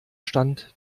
stand